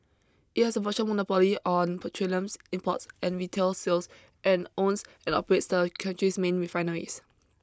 it has a virtual monopoly on petroleum imports and retail sales and owns and operates the country's main refineries